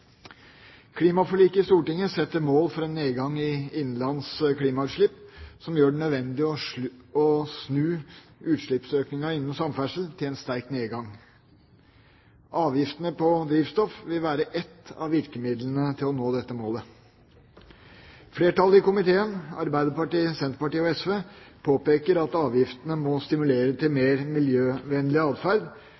Klimaforliket i Stortinget setter mål for en nedgang i innenlands klimautslipp som gjør det nødvendig å snu utslippsøkningen innen samferdsel til en sterk nedgang. Avgiftene på drivstoff vil være ett av virkemidlene for å nå dette målet. Flertallet i komiteen – Arbeiderpartiet, Senterpartiet og SV – påpeker at avgiftene må stimulere til